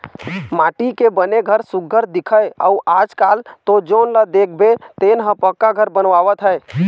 माटी के बने घर सुग्घर दिखय अउ आजकाल तो जेन ल देखबे तेन ह पक्का घर बनवावत हे